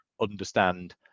understand